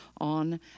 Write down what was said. on